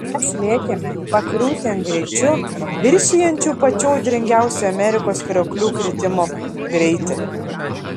mes lėkėme pakriūtėn greičiu viršijančiu pačių audringiausių amerikos krioklių kritimo greitį